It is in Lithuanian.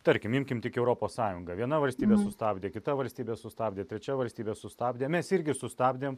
tarkim imkim tik europos sąjungą viena valstybė sustabdė kita valstybė sustabdė trečia valstybė sustabdė mes irgi sustabdėm